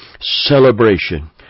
celebration